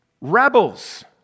Rebels